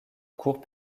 court